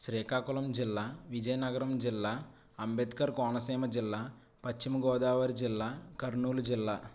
శ్రీకాకుళం జిల్లా విజయనగరం జిల్లా అంబేద్కర్ కోనసీమ జిల్లా పశ్చిమ గోదావరి జిల్లా కర్నూలు జిల్లా